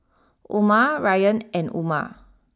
Umar Ryan and Umar